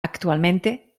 actualmente